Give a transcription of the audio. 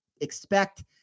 expect